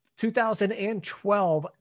2012